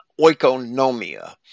oikonomia